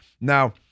Now